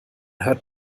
hört